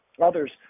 others